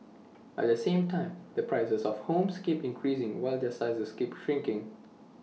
at the same time the prices of homes keep increasing while their sizes keep shrinking